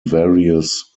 various